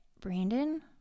Brandon